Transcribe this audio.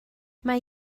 mae